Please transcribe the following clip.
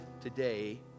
today